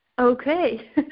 Okay